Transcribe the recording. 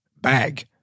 bag